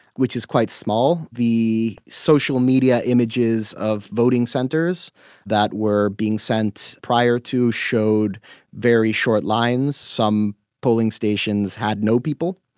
which is quite small. the social media images of voting centres that were being sent prior to showed very short lines. some polling stations had no people.